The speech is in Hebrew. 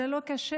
זה לא קשה,